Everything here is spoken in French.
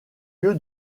lieu